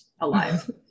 alive